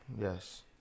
Yes